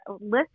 list